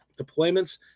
deployments